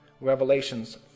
Revelations